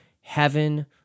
heaven